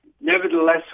nevertheless